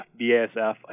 BASF